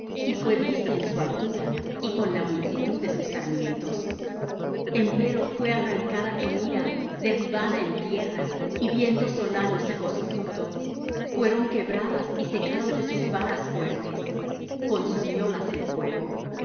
y fué vista en su altura y con la multitud de sus sarmientos empero fué arrancada con ira derribada en tierra y viento solano secó su fruto fueron quebradas y secáronse sus varas fuertes consumiólas el fuego